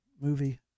movie